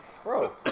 Bro